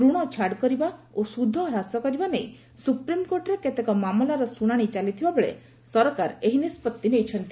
ଋଣ ଛାଡ଼ କରିବା ଓ ସୁଧ ହ୍ରାସ କରିବା ନେଇ ସୁପ୍ରିମକୋର୍ଟରେ କେତେକ ମାମଲାର ଶୁଣାଣି ଚାଲିଥିବା ବେଳେ ସରକାର ଏହି ନିଷ୍ପଭି ନେଇଛନ୍ତି